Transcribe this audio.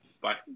Bye